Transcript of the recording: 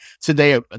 today